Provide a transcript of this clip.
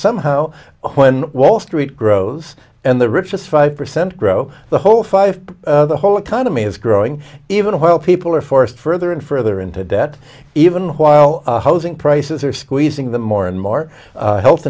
somehow when wall street grows and the rich just five percent grow the whole five the whole economy is growing even while people are forced further and further into debt even while housing prices are squeezing them more and more health